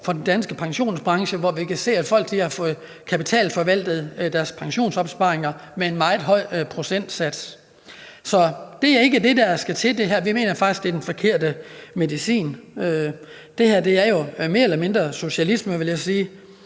for den danske pensionsbranche, hvor vi kan se, at folk har fået kapitalforvaltet deres pensionsopsparing med en meget høj procentsats. Så det er ikke det, der skal til. Vi mener faktisk, at det er den forkerte medicin. Det her er jo mere eller mindre socialisme, vil jeg sige,